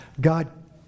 God